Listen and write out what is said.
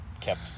kept